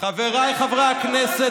חבריי חברי הכנסת,